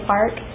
Park